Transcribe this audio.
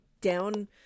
down